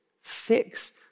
Fix